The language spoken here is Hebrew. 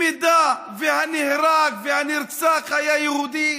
אם הנהרג והנרצח היה יהודי,